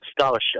scholarship